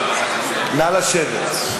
נא לשבת.